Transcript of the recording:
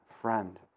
friend